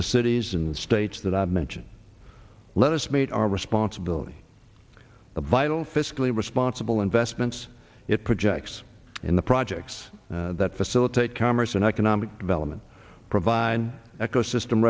the cities and states that i mentioned let us meet our responsibility a vital fiscally responsible investments it projects in the projects that facilitate commerce and economic development provide eco system